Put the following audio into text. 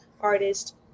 artist